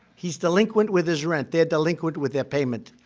he's delinquent with his rent. they're delinquent with their payment.